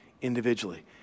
individually